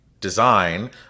design